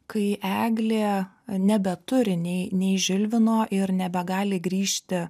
kai eglė nebeturi nei nei žilvino ir nebegali grįžti